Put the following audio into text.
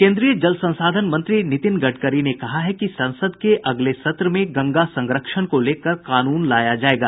केंद्रीय जल संसाधन मंत्री नितिन गडकरी ने कहा है कि संसद के अगले सत्र में गंगा संरक्षण को लेकर कानून लाया जायेगा